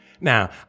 Now